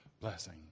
blessing